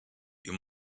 you